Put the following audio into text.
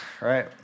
right